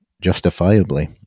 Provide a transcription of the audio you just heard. justifiably